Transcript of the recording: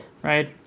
Right